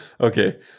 Okay